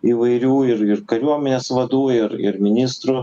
įvairių ir ir kariuomenės vadų ir ir ministrų